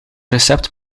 recept